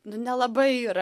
du nelabai yra